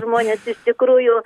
žmonės iš tikrųjų